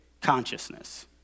consciousness